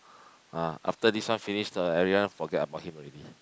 ah after this one finish then everyone forget about him already